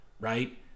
right